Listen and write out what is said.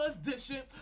edition